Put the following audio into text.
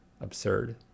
absurd